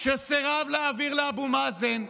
שסירב להעביר לאבו מאזן,